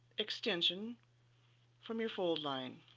extension from your fold line.